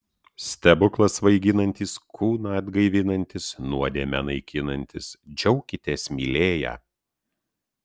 stebuklas svaiginantis kūną atgaivinantis nuodėmę naikinantis džiaukitės mylėję